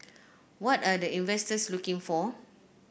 what are the investors looking for